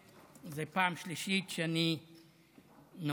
זו הפעם השלישית שאני נואם